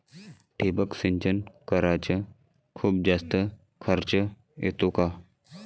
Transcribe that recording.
ठिबक सिंचन कराच खूप जास्त खर्च येतो का?